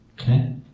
Okay